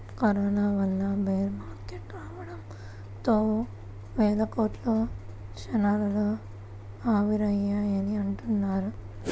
corona వల్ల bear market రావడంతో వేల కోట్లు క్షణాల్లో ఆవిరయ్యాయని అంటున్నారు